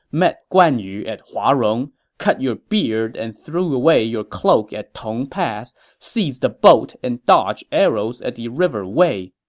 met guan yu at huarong, cut your beard and threw away your cloak at tong pass, seized a boat and dodged arrows at the river wei.